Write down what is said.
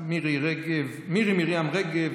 מירי מרים רגב,